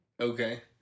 Okay